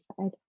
side